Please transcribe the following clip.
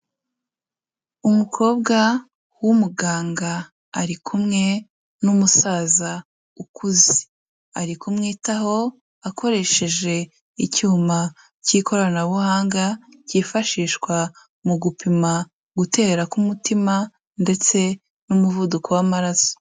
Umukobwa w'umuganga ari kumwe n'umusaza ukuze, ari kumwitaho akoresheje icyuma cy'ikoranabuhanga, cyifashishwa mu gupima gutera k'umutima ndetse n'umuvuduko w'amararaso.